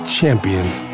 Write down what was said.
champions